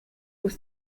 was